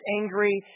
angry